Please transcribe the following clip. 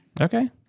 Okay